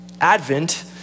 Advent